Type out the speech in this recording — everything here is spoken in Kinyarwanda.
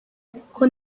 kuko